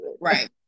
right